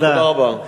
תודה רבה.